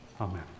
Amen